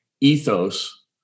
ethos